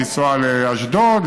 לנסוע לאשדוד,